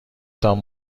تان